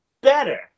better